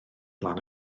lan